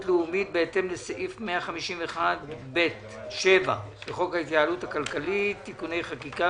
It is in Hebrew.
לאומית בהתאם לסעיף 151 (ב)(7) לחוק ההתייעלות הכלכלית (תיקוני חקיקה